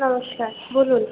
নমস্কার বলুন